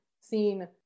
seen